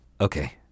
Okay